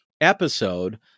episode